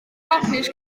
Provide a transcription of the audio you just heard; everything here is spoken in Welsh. hapus